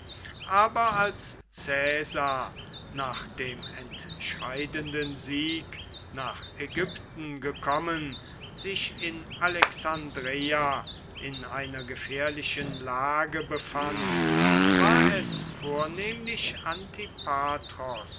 aber als caesar nach dem entscheidenden sieg nach ägypten gekommen sich in alexandreia in einer gefährlichen lage befand war es vornehmlich